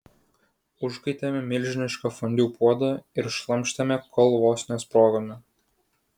užkaitėme milžinišką fondiu puodą ir šlamštėme kol vos nesprogome